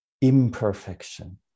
imperfection